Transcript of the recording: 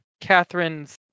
catherine's